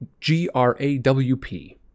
G-R-A-W-P